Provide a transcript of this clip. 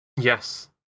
Yes